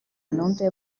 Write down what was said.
numva